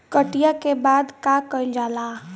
कटिया के बाद का कइल जाला?